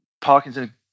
Parkinson